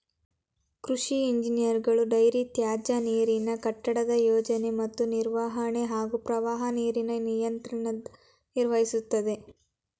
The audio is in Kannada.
ಕೃಷಿ ಇಂಜಿನಿಯರ್ಗಳು ಡೈರಿ ತ್ಯಾಜ್ಯನೀರಿನ ಕಟ್ಟಡದ ಯೋಜನೆ ಮತ್ತು ನಿರ್ವಹಣೆ ಹಾಗೂ ಪ್ರವಾಹ ನೀರಿನ ನಿಯಂತ್ರಣ ನಿರ್ವಹಿಸ್ತದೆ